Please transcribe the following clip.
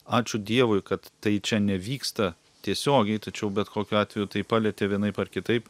ačiū dievui kad tai čia nevyksta tiesiogiai tačiau bet kokiu atveju tai palietė vienaip ar kitaip